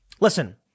listen